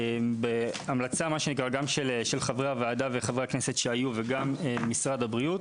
גם בהמלצה של חברי הוועדה וחברי הכנסת שהיו וגם משרד הבריאות